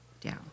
down